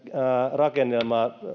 rakennelmaa